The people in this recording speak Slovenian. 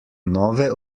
nove